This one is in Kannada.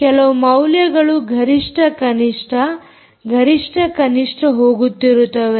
ಕೆಲವು ಮೌಲ್ಯಗಳು ಗರಿಷ್ಠ ಕನಿಷ್ಠ ಗರಿಷ್ಠ ಕನಿಷ್ಠ ಹೋಗುತ್ತಿರುತ್ತವೆ